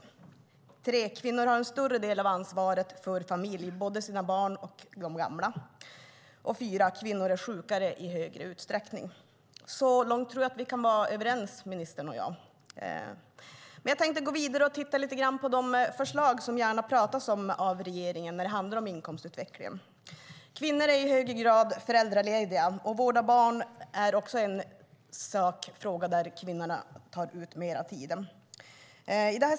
För det tredje tar kvinnor en större del av ansvaret för familj, både barn och gamla. För det fjärde är kvinnor i högre utsträckning sjuka. Så långt tror jag att ministern och jag kan vara överens. Jag tänkte gå vidare och titta lite grann på de förslag som regeringen talar om i fråga om inkomstutvecklingen. Kvinnor är i högre grad föräldralediga, och vård av barn är också ett område där kvinnorna tar ut mer tid.